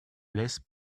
laisse